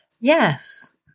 Yes